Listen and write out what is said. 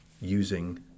using